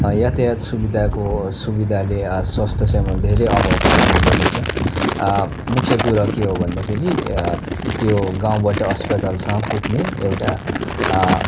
यातायात सुविधाको सुविधाले स्वास्थ्यसेवामा धेरै अभाव पर्ने गर्दछ मुख्य कुरो के हो भन्दाखेरि त्यो गाउँबाट अस्पतालसम्म पुग्ने एउटा